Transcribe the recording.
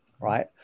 right